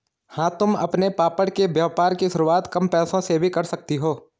हाँ तुम अपने पापड़ के व्यापार की शुरुआत कम पैसों से भी कर सकती हो